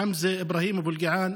חמזה איברהים אבו אל-קיעאן,